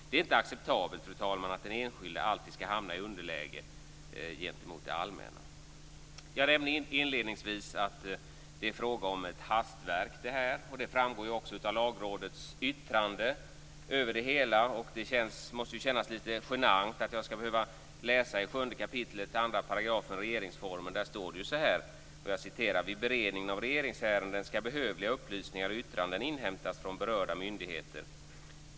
Det är inte acceptabelt att den enskilde alltid skall hamna i underläge gentemot det allmänna. Jag nämnde inledningsvis att det här är fråga om ett hastverk, och det framgår också av Lagrådets yttrande. Det måste kännas litet genant att jag skall behöva läsa i regeringsformen 7 kap. 2 §. Där står det: "Vid beredningen av regeringsärenden skall behövliga upplysningar och yttranden inhämtas från berörda myndigheter.